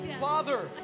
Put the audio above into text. Father